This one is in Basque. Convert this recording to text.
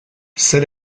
zer